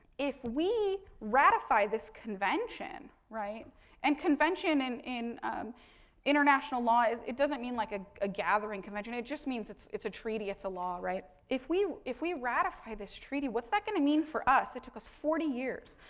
if we ratify this convention, right and convention, and in international law, it doesn't mean like ah a gathering convention, it just means it's it's a treaty, it's a law, right. if we if we ratify this treaty, what's that going to mean for us? it took us forty years.